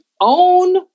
own